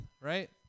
right